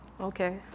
Okay